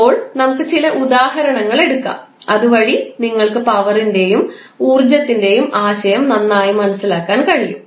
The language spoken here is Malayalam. ഇപ്പോൾ നമുക്ക് ചില ഉദാഹരണങ്ങൾ എടുക്കാം അതുവഴി നിങ്ങൾക്ക് പവറിൻറെയും ഊർജ്ജത്തിൻറെയും ആശയം നന്നായി മനസ്സിലാക്കാൻ കഴിയും